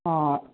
ആ